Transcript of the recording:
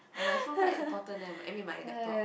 ah my phone quite important eh I mean my laptop